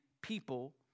people